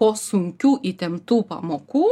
po sunkių įtemptų pamokų